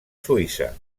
suïssa